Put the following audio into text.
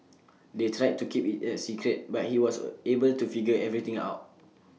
they tried to keep IT A secret but he was A able to figure everything out